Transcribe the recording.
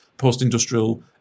post-industrial